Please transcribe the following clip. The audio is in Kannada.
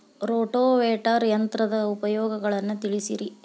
ರೋಟೋವೇಟರ್ ಯಂತ್ರದ ಉಪಯೋಗಗಳನ್ನ ತಿಳಿಸಿರಿ